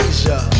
Asia